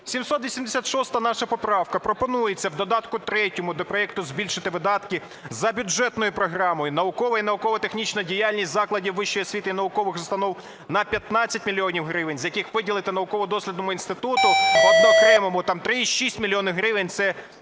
786 наша поправка. Пропонується в додатку 3 до проекту збільшити видатки за бюджетною програмою "Наукова і науково-технічна діяльність закладів вищої освіти і наукових установ" на 15 мільйонів гривень, з яких виділити науково-дослідному інституту окремому 3,6 мільйона гривень.